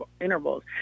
intervals